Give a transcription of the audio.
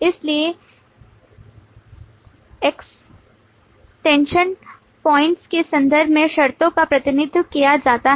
इसलिए extension points के संदर्भ में शर्तों का प्रतिनिधित्व किया जाता है